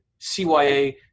CYA